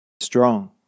Strong